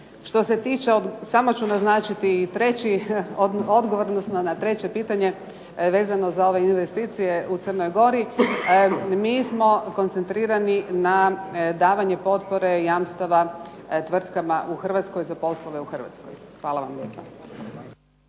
Što se tiče, samo ću naznačiti i treći odgovor, odnosno na treće pitanje, vezano za ove investicije u Crnoj Gori. Mi smo koncentrirani na davanje potpore i jamstava tvrtkama u Hrvatskoj za poslove u Hrvatskoj. Hvala vam